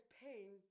pain